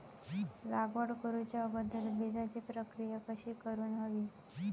लागवड करूच्या अगोदर बिजाची प्रकिया कशी करून हवी?